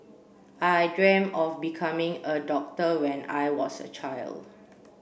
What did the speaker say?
I dreamt of becoming a doctor when I was a child